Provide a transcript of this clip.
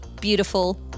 beautiful